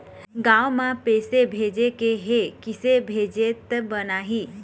गांव म पैसे भेजेके हे, किसे भेजत बनाहि?